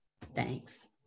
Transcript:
Thanks